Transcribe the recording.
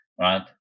right